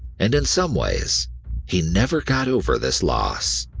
and in some ways he never got over this loss.